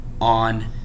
on